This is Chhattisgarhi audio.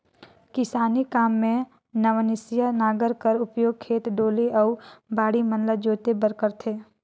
किसानी काम मे नवनसिया नांगर कर उपियोग खेत, डोली अउ बाड़ी मन ल जोते बर करथे